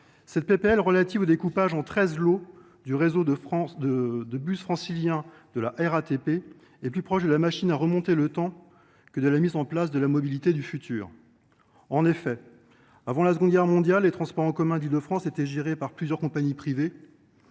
de loi relative au découpage en 13 lots du réseau de bus francilien de la RATP est plus proche de la machine à remonter le temps que de la mise en place de la mobilité du futur ! En effet, avant la Seconde Guerre mondiale, les transports en commun d’Île de France étaient gérés par plusieurs compagnies privées.